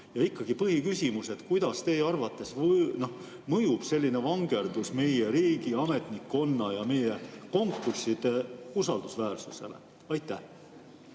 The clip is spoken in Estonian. Ja ikkagi põhiküsimus: kuidas teie arvates mõjub selline vangerdus meie riigi ametnikkonna ja meie konkursside usaldusväärsusele? Jah,